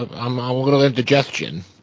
ah i'm um a little indigestion.